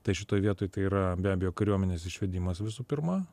tai šitoj vietoj tai yra be abejo kariuomenės išvedimas visų pirma